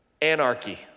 Anarchy